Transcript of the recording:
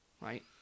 Right